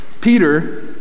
peter